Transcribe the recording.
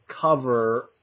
cover